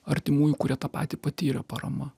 artimųjų kurie tą patį patyrė parama